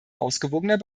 ausgewogener